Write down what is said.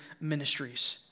ministries